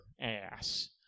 ass